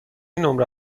نمره